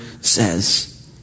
says